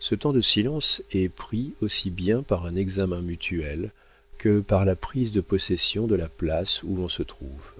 ce temps de silence est pris aussi bien par un examen mutuel que par la prise de possession de la place où l'on se trouve